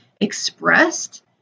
expressed